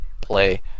play